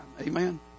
Amen